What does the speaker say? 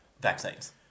vaccines